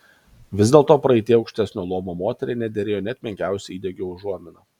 vis dėlto praeityje aukštesnio luomo moteriai nederėjo net menkiausia įdegio užuomina